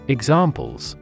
Examples